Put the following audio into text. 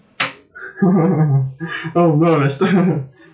oh no lester